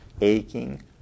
aching